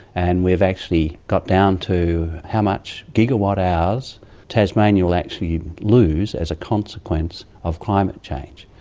and we've actually got down to how much gigawatt hours tasmania will actually lose as a consequence of climate change.